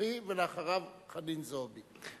בן-ארי ואחריו חנין זועבי.